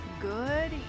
Good